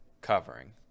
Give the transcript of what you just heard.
covering